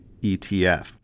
ETF